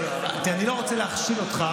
תראה, אני לא רוצה להכשיל אותך